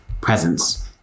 presence